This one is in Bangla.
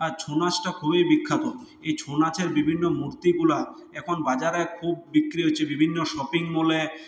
আর ছৌ নাচটা খুবই বিখ্যাত এই ছৌ নাচের বিভিন্ন মূর্তি করা এখন বাজারে খুব বিক্রি হচ্ছে বিভিন্ন শপিং মলে